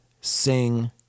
sing